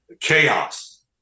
chaos